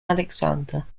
alexander